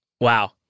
Wow